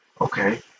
Okay